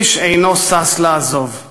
אליהם ואיש אינו שש לעזוב אותם.